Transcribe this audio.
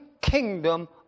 kingdom